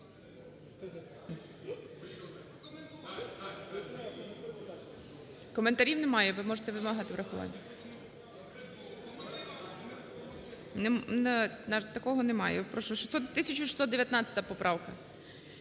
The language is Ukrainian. Коментарів немає. Ви можете вимагати врахування. Такого немає. 1619 поправка.